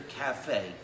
Cafe